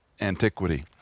antiquity